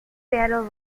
battle